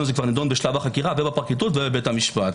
נדון בשלב החקירה ובפרקליטות ובבית המשפט.